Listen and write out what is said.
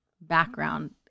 background